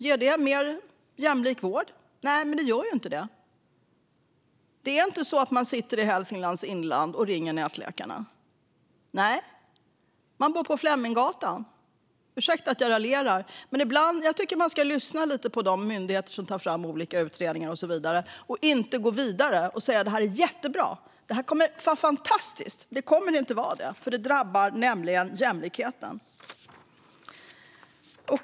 Ger de en mer jämlik vård? Nej, det gör de ju inte. Man sitter inte i Hälsinglands inland och ringer nätläkarna. Man bor på Fleminggatan. Ursäkta att jag raljerar, men jag tycker att man ska lyssna lite på de myndigheter som tar fram olika utredningar och så vidare och inte gå vidare och säga att detta är jättebra och kommer att vara fantastiskt. Det kommer det inte att vara, för det drabbar jämlikheten.